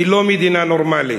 היא לא מדינה נורמלית.